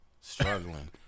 struggling